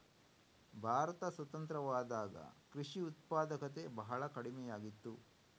ಭಾರತ ಸ್ವತಂತ್ರವಾದಾಗ ಕೃಷಿ ಉತ್ಪಾದಕತೆ ಬಹಳ ಕಡಿಮೆಯಾಗಿತ್ತು